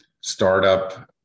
startup